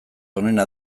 onena